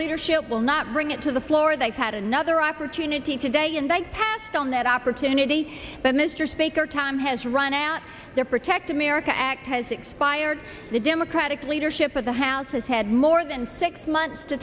leadership will not bring it to the floor they've had another opportunity today and they passed on that opportunity but mr speaker time has run out their protect america act has expired the democratic leadership of the house has had more than six months to